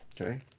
Okay